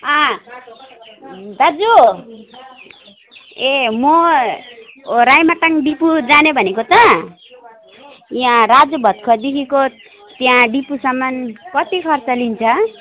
दाजु ए म राइमाटाङ डिपु जाने भनेको त यहाँ राजाभातखोवादेखिको त्यहाँ डिपुसम्मन् कति खर्च लिन्छ